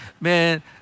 man